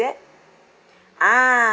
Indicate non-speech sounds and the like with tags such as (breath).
(breath) ah